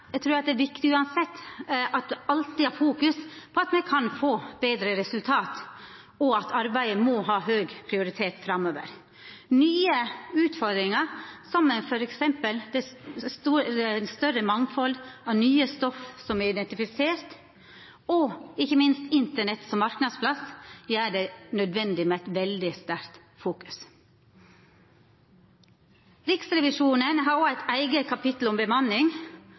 Eg trur at det uansett er viktig at me alltid fokuserer på at me kan få betre resultat, og at arbeidet må ha høg prioritet framover. Nye utfordringar som at det f.eks. er eit større mangfald av nye stoff som er identifisert, og, ikkje minst, Internett som marknadsplass gjer det nødvendig med ei mykje sterkare fokusering. Riksrevisjonen har eit eige kapittel om bemanning